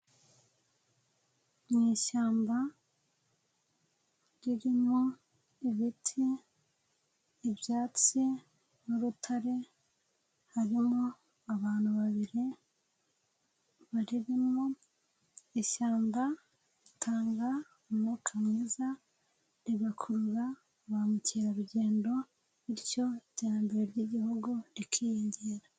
Mu ishyamba ririmo ibiti, ibyatsi n'urutare, harimo abantu babiri barimo, ishyamba ritanga umwuka mwiza rigakurura ba mukerarugendo bityo iterambere ry'igihugu rikiyongera.